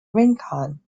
rincon